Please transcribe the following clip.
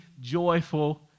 joyful